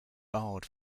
barred